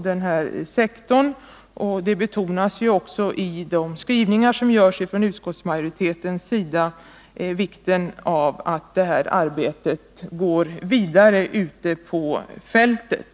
denna sektor sedan 1979. I sin skrivning betonar också utskottsmajoriteten vikten av att detta arbete går vidare ute på fältet.